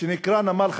שנקרא נמל חדרה,